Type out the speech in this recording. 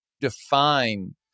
define